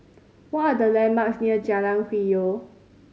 what are the landmarks near Jalan Hwi Yoh